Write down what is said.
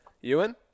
Ewan